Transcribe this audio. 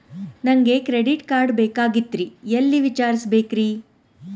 ನನಗೆ credit card ಬೇಕಾಗಿತ್ರಿ ಎಲ್ಲಿ ವಿಚಾರಿಸಬೇಕ್ರಿ?